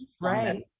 Right